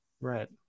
right